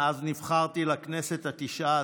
מאז שנבחרתי לכנסת התשע-עשרה.